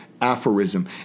aphorism